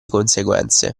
conseguenze